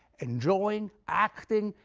enjoying, acting,